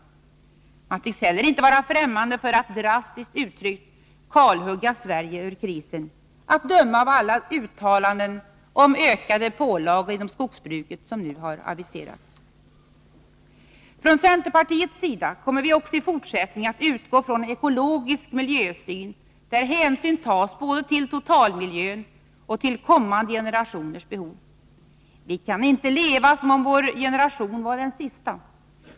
Man tycks heller inte vara främmande för att, drastiskt uttryckt, kalhugga Sverige ur krisen — att döma av alla uttalanden om ökade pålagor inom skogsbruket som nu aviseras. Från centerpartiets sida kommer vi också i fortsättningen att utgå ifrån en ekologisk miljösyn, där hänsyn tas både till totalmiljön och till kommande generationers behov. Vi kan inte leva som om vår generation var den sista.